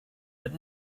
but